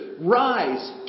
rise